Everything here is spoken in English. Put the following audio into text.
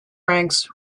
ranks